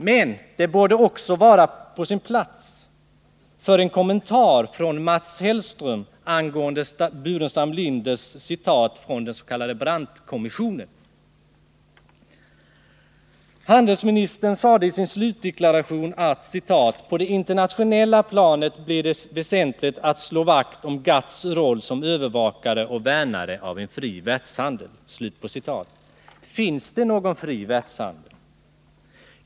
Men här borde det också vara på sin plats med en kommentar från Mats Hellström beträffande Staffan Burenstam Linders citat från den s.k. Brandtkommissionen. Handelsministern sade i sin deklaration: ”På det internationella planet blir det väsentligt att slå vakt om GATT:s roll som övervakare och värnare av en fri världshandel.” Finns det någon fri världshandel?